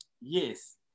Yes